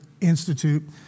Institute